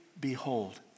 behold